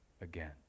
again